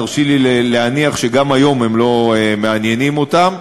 תרשי לי להניח שגם היום הם לא מעניינים אותם.